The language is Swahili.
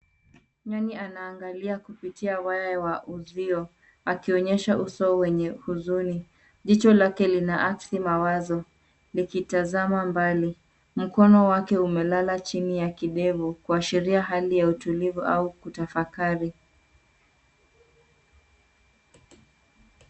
Nyani anaangalia kupitia waya wa uzio, akionyesha uso wenye huzuni. Jicho lake linaaksi mawazo, likitazama mbali. Mkono wake umelala chini ya kidevu, kuashiria hali ya utulivu au kutafakari.